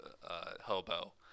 hobo